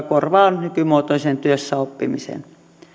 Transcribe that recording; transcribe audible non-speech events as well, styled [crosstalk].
[unintelligible] korvaa nykymuotoisen työssäoppimisen